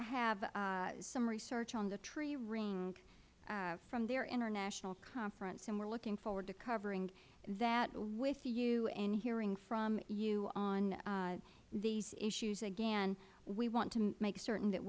have some research on the tree ring from their international conference and we are looking forward to covering that with you and hearing from you on these issues again we want to make certain that